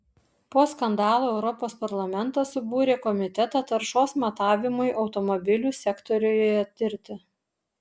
po skandalo europos parlamentas subūrė komitetą taršos matavimui automobilių sektoriuje tirti